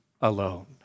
alone